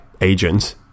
agent